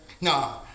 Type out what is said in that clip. No